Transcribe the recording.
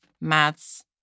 maths